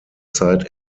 zeit